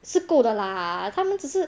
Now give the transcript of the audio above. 是够的 lah 他们只是